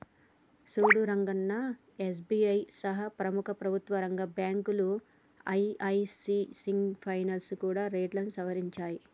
సూడు రంగన్నా ఎస్.బి.ఐ సహా ప్రముఖ ప్రభుత్వ రంగ బ్యాంకులు యల్.ఐ.సి సింగ్ ఫైనాల్స్ కూడా రేట్లను సవరించాయి